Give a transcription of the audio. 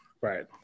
Right